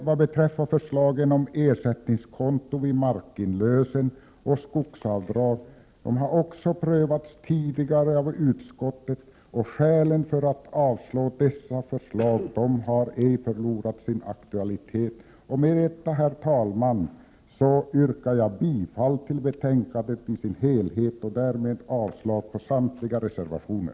Vad beträffar förslagen om ersättningskonto vid markinlösen och skogsavdrag vill jag säga att de också har prövats tidigare av utskottet, och skälen för att avslå dessa förslag har ej förlorat sin aktualitet. Med detta, herr talman, yrkar jag bifall till utskottets hemställan i sin helhet och därmed avslag på samtliga reservationer.